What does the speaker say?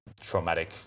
traumatic